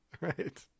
Right